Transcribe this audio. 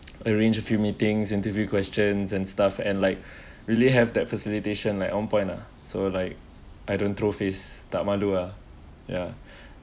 arrange a few meetings interview questions and stuff and like really have that facilitation like point lah so like I don't throw face tak malu ah ya